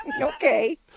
Okay